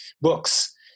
books